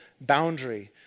boundary